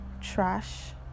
trash